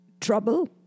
trouble